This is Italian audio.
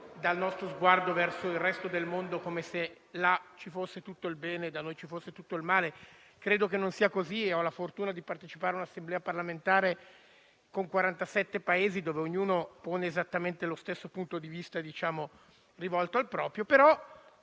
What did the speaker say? dal nostro sguardo verso il resto del mondo, come se là ci fosse tutto il bene e da noi ci fosse tutto il male: credo non sia così e ho la fortuna di partecipare ad un'assemblea parlamentare con 47 Paesi, dove ognuno assume esattamente lo stesso punto di vista, rivolto al proprio